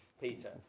Peter